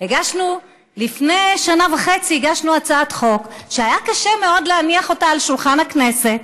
הגשנו לפני שנה וחצי הצעת חוק שהיה קשה מאוד להניח אותה על שולחן הכנסת,